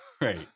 right